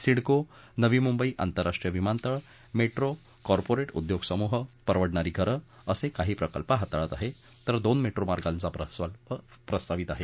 सिडको नवी मुंबई आंतरराष्ट्रीय विमानतळ metro corporate उद्योग समूह परवडणारी घरं असे काही प्रकल्प हाताळत आहे तर दोन मेट्रो मार्गांचा प्रकल्प प्रस्तावित आहे